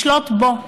לשלוט בו.